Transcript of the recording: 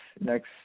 next